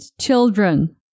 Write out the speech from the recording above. children